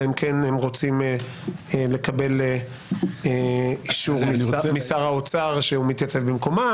אלא אם כן הם רוצים לקבל אישור משר האוצר שהוא מתייצב במקומם.